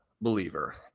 believer